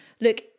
look